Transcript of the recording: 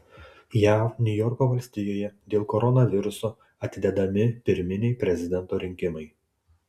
jav niujorko valstijoje dėl koronaviruso atidedami pirminiai prezidento rinkimai